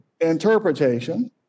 interpretation